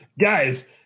guys